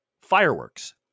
fireworks